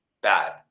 bad